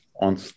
on